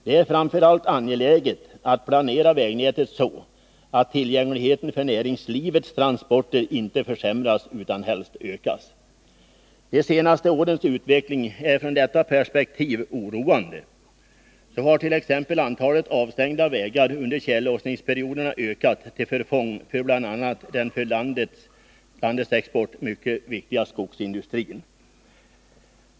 Det är framför allt angeläget att planera vägnätet så att tillgängligheten för näringslivets transporter inte försämras utan helst ökas. De senaste årens utveckling är från detta perspektiv oroande. Så hart.ex. antalet avstängda vägar under tjällossningsperioderna ökat till förfång för bl.a. den för landets export mycket viktiga skogsindustrin.